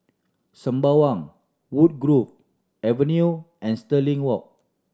Sembawang Woodgrove Avenue and Stirling Walk